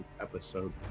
episode